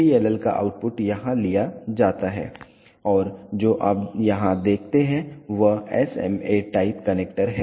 PLL का output यहां लिया जाता है और जो आप यहां देखते हैं वह SMA टाइप कनेक्टर है